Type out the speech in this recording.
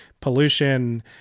pollution